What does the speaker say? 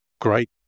great